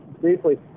briefly